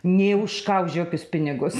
nė už ką už jokius pinigus